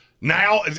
now